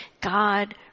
God